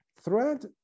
thread